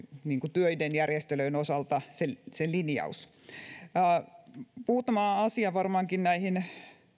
töiden järjestelyjen osalta se linjaus muutama asia varmaankin näihin